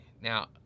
now